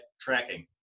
tracking